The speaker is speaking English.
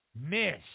miss